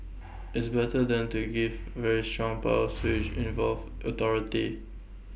it's better than to give very strong powers to each involved authority